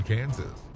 Kansas